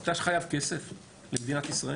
אתה חייב כסף למדינת ישראל.